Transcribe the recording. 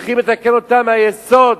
צריכים לתקן אותם מהיסוד.